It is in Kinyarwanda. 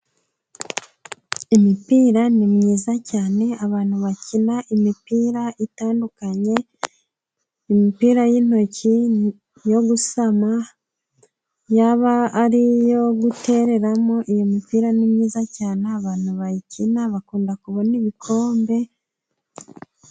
Imipira ni myiza cyane, abantu bakina imipira itandukanye, imipira y'intoki nko gusama, yaba ari iyo gutereramo, iyo mipira ni myiza cyane, abantu bayikina bakunda kubona ibikombe.......